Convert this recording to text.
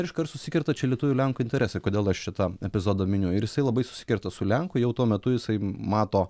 ir iškart susikerta čia lietuvių lenkų interesai kodėl aš čia tą epizodą miniu ir jisai labai susikerta su lenku jau tuo metu jisai mato